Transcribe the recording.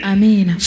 Amen